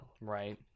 right